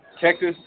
Texas